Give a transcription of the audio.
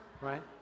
right